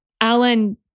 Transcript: Alan